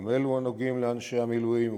גם אלו הנוגעים לאנשי המילואים ובהשתתפותם,